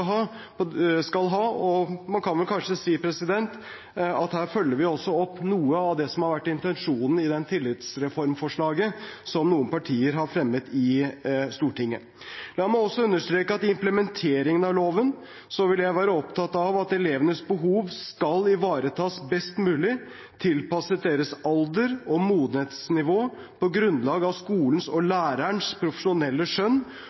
ha. Man kan kanskje si at her følger vi opp noe av det som har vært intensjonen i tillitsreformforslaget, som noen partier har fremmet i Stortinget. La meg også understreke at i implementeringen av loven vil jeg være opptatt av at elevenes behov skal ivaretas best mulig, tilpasset deres alder og modenhetsnivå på grunnlag av skolens og lærerens profesjonelle skjønn,